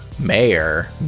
Mayor